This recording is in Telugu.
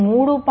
ఈ 3